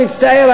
אני מצטער,